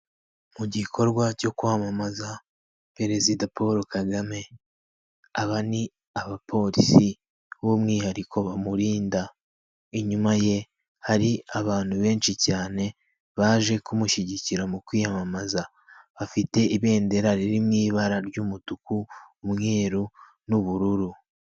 Mu gikorwa cyo kwamamaza perezida Paul kagame. Aba ni abapolisi b'umwihariko bamurinda. Inyuma ye hari abantu benshi cyane baje kumushyigikira mu kwiyamamaza. Bafite ibendera riri mu ibara ry'umutuku, umweru, n'ubururu.